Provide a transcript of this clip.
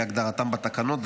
כהגדרתם בתקנות,